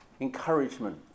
Encouragement